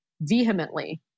vehemently